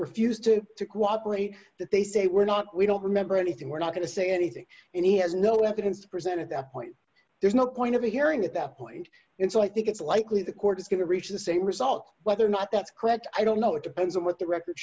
refused to cooperate that they say we're not we don't remember anything we're not going to say anything and he has no evidence presented that point there's no point of a hearing at that point and so i think it's likely the court is going to reach the same result whether or not that's correct i don't know it depends on what the record